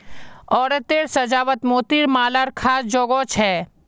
औरतेर साज्वात मोतिर मालार ख़ास जोगो छे